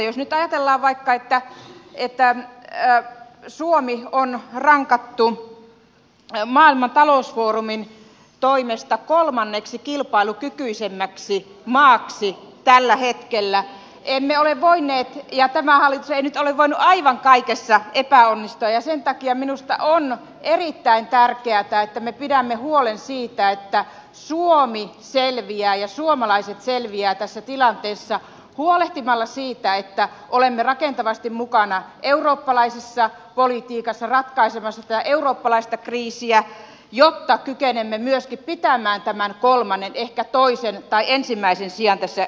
jos nyt ajatellaan vaikka että suomi on rankattu maailman talousfoorumin toimesta kolmanneksi kilpailukykyisimmäksi maaksi tällä hetkellä emme ole voineet ja tämä hallitus ei nyt ole voinut aivan kaikessa epäonnistua ja sen takia minusta on erittäin tärkeätä että me pidämme huolen siitä että suomi selviää ja suomalaiset selviävät tässä tilanteessa huolehtimalla siitä että olemme rakentavasti mukana eurooppalaisessa politiikassa ratkaisemassa tätä eurooppalaista kriisiä jotta kykenemme myöskin pitämään tämän kolmannen ehkä saavuttamaan toisen tai ensimmäisen sijan tässä kilpailukykyvertailussa